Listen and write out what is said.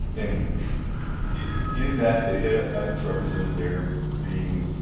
and is that data, as it's represented there, being